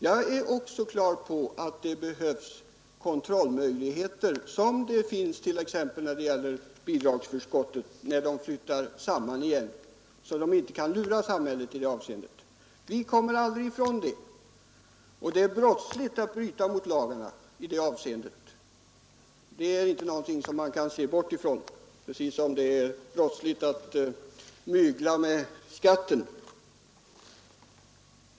Jag är också på det klara med att det behövs sådana kontrollmöjligheter som det finns t.ex. när det gäller bidragsförskottet. När två föräldrar flyttar samman efter att ha levat åtskilda skall myndigheterna få kännedom om det så att de inte kan lura samhället. Vi kommer aldrig ifrån att sådana kontrollmöjligheter behövs. Det är brottsligt att bryta mot lagen i det här avseendet precis som det är brottsligt att mygla med skatten.